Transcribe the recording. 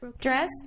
dress